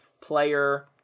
player